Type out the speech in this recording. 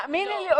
תאמיני לי,